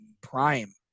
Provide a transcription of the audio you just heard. Prime